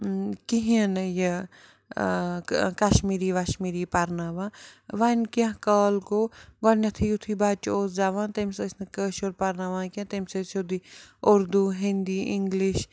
کِہیٖنۍ نہٕ یہِ کَشمیٖری وَشمیٖری پَرناوان وۄنۍ کیٚنٛہہ کال گوٚو گۄڈٕنٮ۪تھٕے یُتھُے بَچہِ اوس زٮ۪وان تٔمِس ٲسۍ نہٕ کٲشُر پَرناوان کیٚنٛہہ تٔمِس ٲسۍ سیوٚدُے اُردو ہِنٛدی اِنٛگلِش